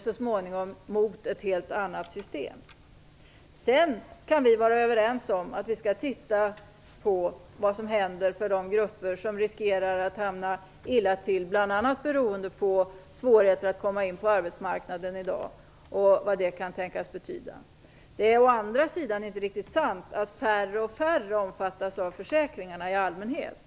Så småningom kommer den att verka mot ett helt annat system. Sedan kan vi vara överens om att vi skall titta på vad som händer för de grupper som riskerar att hamna illa till, bl.a. beroende på svårigheter att komma in på arbetsmarknaden i dag, och vad det kan tänkas betyda. Å andra sidan är det inte riktigt sant att färre och färre omfattas av försäkringarna i allmänhet.